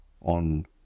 on